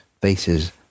faces